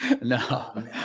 No